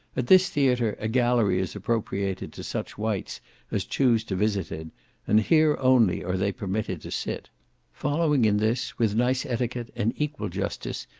at this theatre a gallery is appropriated to such whites as choose to visit it and here only are they permitted to sit following in this, with nice etiquette, and equal justice,